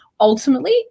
Ultimately